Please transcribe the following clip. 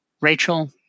Rachel